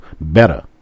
better